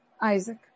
Isaac